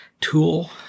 tool